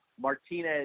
Martinez